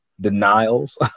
denials